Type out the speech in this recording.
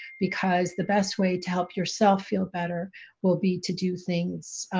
because the best way to help yourself feel better will be to do things.